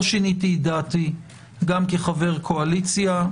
לא שיניתי את דעתי גם כחבר קואליציה.